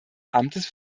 amtes